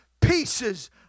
pieces